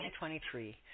2023